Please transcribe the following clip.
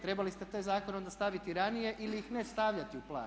Trebali ste te zakone onda staviti ranije ili ih ne stavljati u plan.